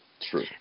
True